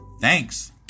Thanks